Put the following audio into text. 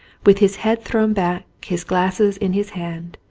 with his head thrown back, his glasses in his hand,